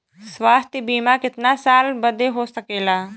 स्वास्थ्य बीमा कितना साल बदे हो सकेला?